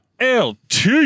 LT